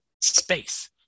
space